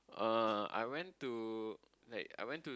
uh I went to like I went to